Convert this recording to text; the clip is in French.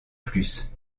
plus